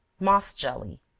moss jelly.